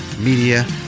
media